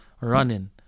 running